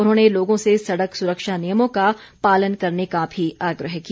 उन्होंने लोगों से सड़क सुरक्षा नियमों का पालन करने का भी आग्रह किया